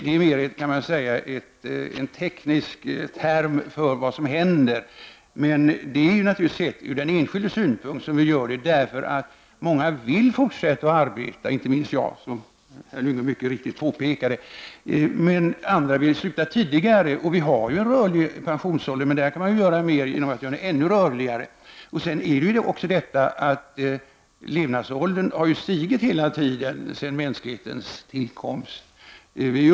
Det är mer en teknisk term för vad som händer. Vi gör det naturligtvis för den enskilde, för många vill fortsätta att arbeta, inte minst jag, som herr Lyngå mycket riktigt påpekade. Men andra vill sluta tidigare, och vi har en rörlig pensionsålder. Det kan dock göras en del för att den skall bli ännu rörligare. Dessutom har levnadsåldern stigit hela tiden sedan mänsklighetens tillkomst.